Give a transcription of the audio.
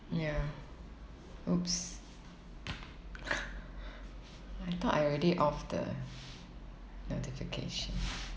ya !oops! I thought I already off the notification